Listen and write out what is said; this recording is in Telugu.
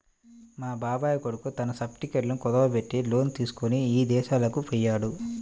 మా బాబాయ్ కొడుకు తన సర్టిఫికెట్లను కుదువబెట్టి లోను తీసుకొని ఇదేశాలకు పొయ్యాడు